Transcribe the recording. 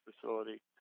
facility